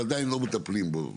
אבל עדיין לא מטפלים בו?